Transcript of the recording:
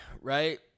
right